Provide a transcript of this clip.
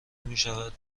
میشود